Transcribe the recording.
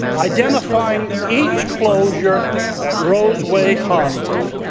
identifying each closure at roseway hospital,